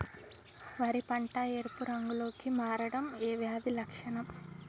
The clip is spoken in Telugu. వరి పంట ఎరుపు రంగు లో కి మారడం ఏ వ్యాధి లక్షణం?